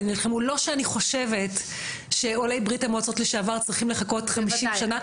לא שאני חושבת שעולי ברית המועצות לשעבר צריכים לחכות 50 שנה,